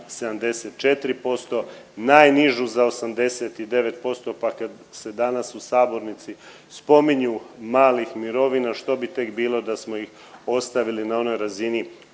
74%, najnižu za 89% pa kad se danas u sabornici spominju malih mirovina što bi tek bilo da smo ih ostavili na onoj razini